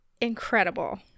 incredible